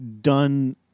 done